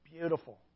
beautiful